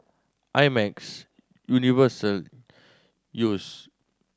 I Max Universal Yeo's